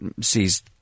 sees